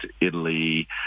Italy